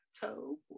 toe